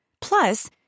Plus